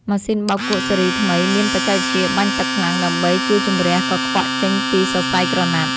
ម៉ាស៊ីនបោកគក់ស៊េរីថ្មីមានបច្ចេកវិទ្យាបាញ់ទឹកខ្លាំងដើម្បីជួយជម្រះកខ្វក់ចេញពីសរសៃក្រណាត់។